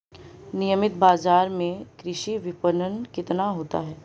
नियमित बाज़ार में कृषि विपणन कितना होता है?